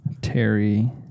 Terry